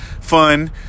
fun